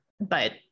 but-